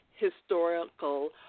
historical